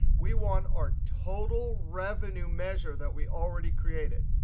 we want our total revenue measure that we already created.